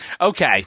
okay